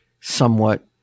somewhat